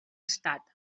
estat